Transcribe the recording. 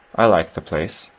i like the place,